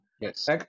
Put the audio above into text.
Yes